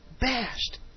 bashed